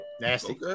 Nasty